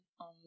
on